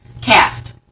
Cast